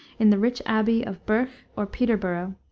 in the rich abbey of burch or peterborough,